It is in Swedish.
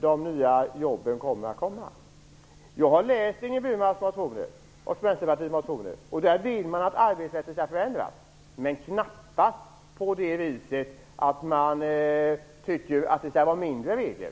de nya jobben kommer. Jag har läst Ingrid Burmans och Vänsterpartiets motioner, och där vill man att arbetsrätten skall förändras, men knappast genom åstadkommande av färre regler.